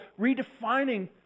redefining